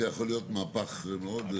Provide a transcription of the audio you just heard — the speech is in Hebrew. כן,